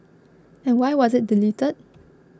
and why was it deleted